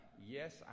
yes